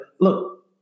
look